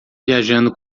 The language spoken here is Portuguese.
viajando